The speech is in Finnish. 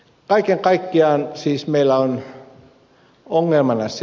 kaiken kaikkiaan meillä on ongelma